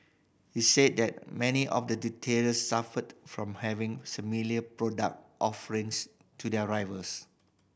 he said that many of the retailers suffered from having similar product offerings to their rivals